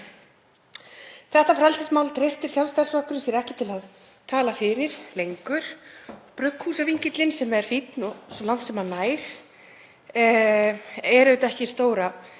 Þessu frelsismáli treystir Sjálfstæðisflokkurinn sér ekki til að tala fyrir lengur. Brugghúsavinkillinn, sem er fínn svo langt sem hann nær, er ekki stóra